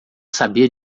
sabia